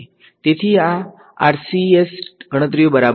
તેથી આ આરસીએસ ગણતરીઓ બરાબર છે